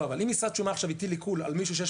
אבל משרד שומה הטיל עיקול על מישהו שיש